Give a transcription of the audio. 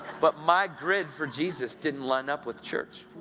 but my grid for jesus didn't line up with church.